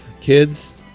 kids